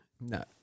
No